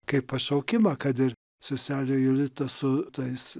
kaip pašaukimą kad ir seselė jolita su tais